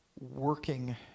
working